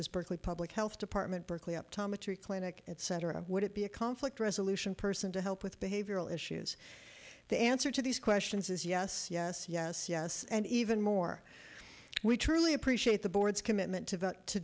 as berkeley public health department berkeley up tama tree clinic etc would it be a conflict resolution person to help with behavioral issues the answer to these questions is yes yes yes yes and even more we truly appreciate the board's commitment to